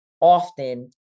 often